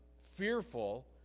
fearful